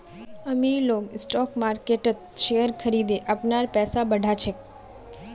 अमीर लोग स्टॉक मार्किटत शेयर खरिदे अपनार पैसा बढ़ा छेक